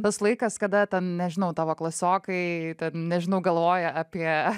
tas laikas kada ten nežinau tavo klasiokai ten nežinau galvoja apie